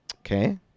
Okay